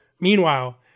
Meanwhile